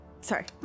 sorry